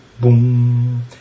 boom